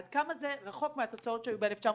עד כמה זה רחוק מהתוצאות שהיו ב-1996,